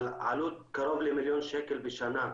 אבל העלות קרוב למיליון שקל בשנה.